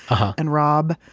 and rab,